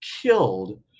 killed